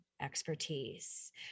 expertise